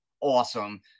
awesome